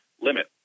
limit